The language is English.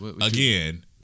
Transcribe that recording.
Again